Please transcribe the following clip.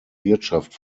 wirtschaft